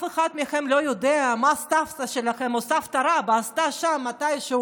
אף אחד מכם לא יודע מה סבתא שלכם או סבתא רבא עשתה שם מתישהו